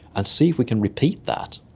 and see if we can repeat that.